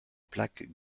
plaques